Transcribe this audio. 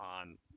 on